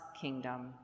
kingdom